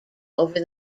over